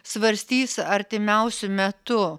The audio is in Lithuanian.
svarstys artimiausiu metu